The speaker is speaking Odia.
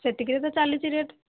ସେତିକିରେ ତ ଚାଲିଛି ରେଟ୍